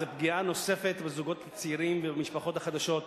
זו פגיעה נוספת בזוגות הצעירים ובמשפחות החדשות.